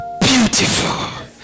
Beautiful